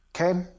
Okay